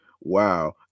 Wow